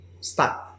start